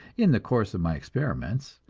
in the course of my experiments.